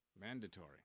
Mandatory